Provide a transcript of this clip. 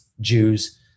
Jews